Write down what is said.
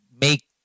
make